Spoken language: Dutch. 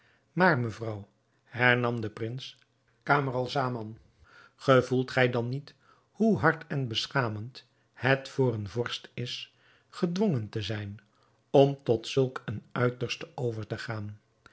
maar mevrouw hernam de prins camaralzaman gevoelt gij dan niet hoe hard en beschamend het voor een vorst is gedwongen te zijn om tot zulk een uiterste over te gaan